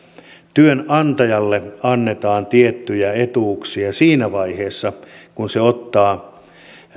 työnantajalle annetaan tiettyjä etuuksia siinä vaiheessa kun se ottaa